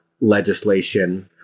legislation